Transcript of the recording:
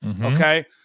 okay